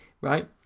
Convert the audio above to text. right